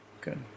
Good